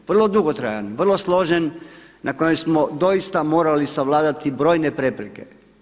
Vrlo dugotrajan, vrlo složen na kojem smo doista morali savladati brojne prepreke.